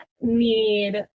need